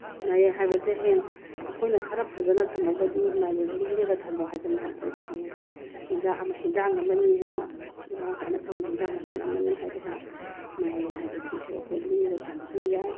ꯃꯥꯏꯔꯦꯟ ꯍꯥꯏꯕꯁꯦ ꯍꯌꯦꯡ ꯑꯩꯈꯣꯏꯅ ꯈꯔ ꯐꯖꯅ ꯊꯝꯃꯒꯗꯤ ꯃꯥꯏꯔꯦꯟ ꯂꯤꯔꯒ ꯊꯝꯕ ꯍꯥꯏꯗꯅ ꯑꯩꯈꯣꯏꯒꯤ ꯍꯌꯦꯡ ꯆꯤꯟꯖꯥꯛ ꯑꯃ ꯑꯦꯟꯁꯥꯡ ꯑꯃꯅꯤ ꯍꯥꯏꯅ ꯃꯔꯥꯡ ꯀꯥꯏꯅ ꯐꯪꯕ ꯑꯦꯟꯁꯥꯡ ꯃꯈꯜ ꯑꯃꯅꯤ ꯍꯥꯏꯗꯅ ꯃꯥꯏꯔꯦꯟ ꯍꯥꯏꯕꯁꯤꯁꯨ ꯑꯩꯈꯣꯏ ꯂꯤꯔꯒ ꯊꯝꯕꯁꯨ ꯌꯥꯏ